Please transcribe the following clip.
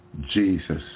Jesus